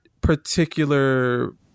particular